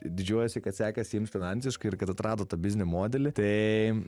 didžiuojuosi kad sekas jiem finansiškai ir kad atrado tą biznio modelį tai